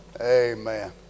Amen